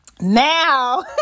Now